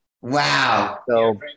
Wow